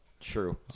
true